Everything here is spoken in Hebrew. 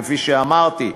כפי שאמרתי,